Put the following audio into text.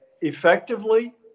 effectively